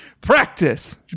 Practice